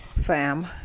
fam